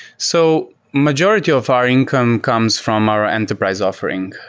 so majority of our income comes from our enterprise offering.